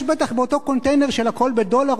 יש בטח באותו קונטיינר של "הכול בדולר",